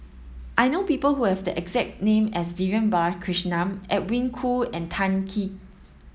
I know people who have the exact name as Vivian Balakrishnan Edwin Koo and Tan Kim